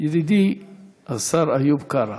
ידידי השר איוב קרא.